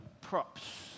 props